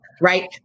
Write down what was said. right